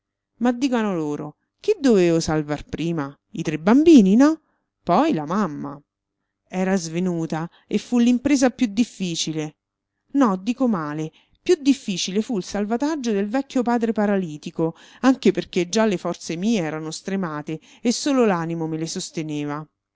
ma dicano loro chi dovevo salvar prima i tre bambini no poi la mamma era svenuta e fu l'impresa più difficile no dico male più difficile fu il salvataggio del vecchio padre paralitico anche perché già le forze mie erano stremate e solo l'animo me le sosteneva